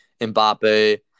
Mbappe